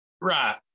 Right